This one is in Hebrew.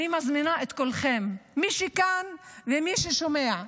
אני מזמינה את כולכם, מי שכאן ומי ששומע,